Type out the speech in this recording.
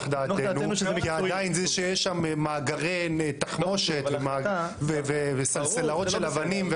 דעתנו כי עדיין יש שם מאגרי תחמושת וסלסלות של אבנים.